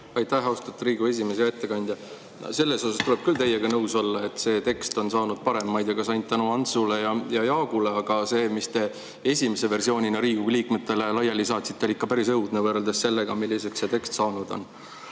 Aitäh, austatud Riigikogu esimees! Hea ettekandja! Selles tuleb küll teiega nõus olla, et see tekst on saanud paremaks. Ma ei tea, kas ainult tänu Antsule ja Jaagule. Aga see, mis te esimese versioonina Riigikogu liikmetele laiali saatsite, oli ikka päris õudne, võrreldes sellega, milliseks see tekst saanud on.